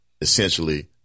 essentially